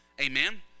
amen